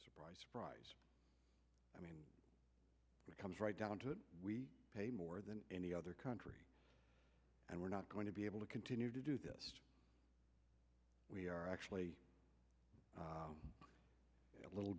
surprise surprise i mean it comes right down to it we pay more than any other country and we're not going to be able to continue to do this we are actually a little